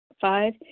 Five